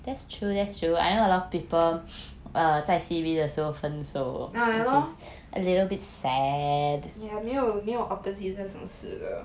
uh ya lor yeah 没有没有 opposite 这种事的